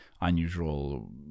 unusual